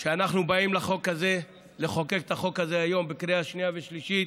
שאנחנו באים לחוקק את החוק הזה היום בקריאה שנייה ושלישית